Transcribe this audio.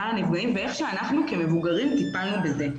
לנפגעים ואיך שאנחנו כמבוגרים טיפלנו בזה.